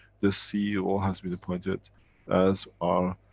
the ceo has been appointed as our.